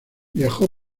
viajó